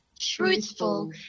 truthful